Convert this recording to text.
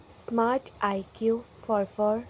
smart I Q for for